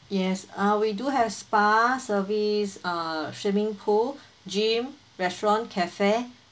yes uh we do have spa service uh swimming pool gym restaurant cafe